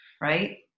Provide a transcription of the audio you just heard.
right